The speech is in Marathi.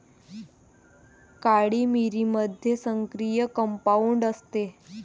काळी मिरीमध्ये सक्रिय कंपाऊंड असते